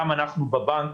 גם אנחנו בבנק